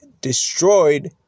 destroyed